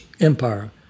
empire